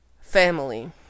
family